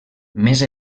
més